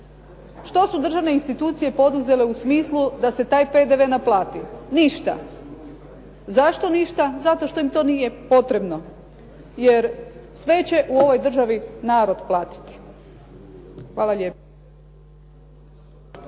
Što su državne institucije poduzele u smislu da se taj PDV naplati? Ništa. Zašto ništa? Zato što im to nije potrebno, jer sve će u ovoj državi narod platiti. Hvala lijepa.